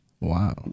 Wow